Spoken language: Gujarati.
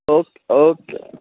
okay okay